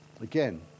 again